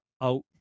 out